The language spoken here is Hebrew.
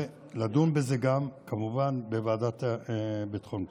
ולדון בזה גם, כמובן, בוועדת ביטחון הפנים.